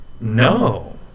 no